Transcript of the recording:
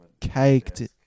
caked